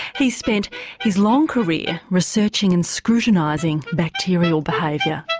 he's spent his long career researching and scrutinising bacterial behaviour.